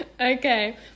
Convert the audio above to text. okay